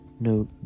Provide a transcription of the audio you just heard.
No